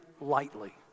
lightly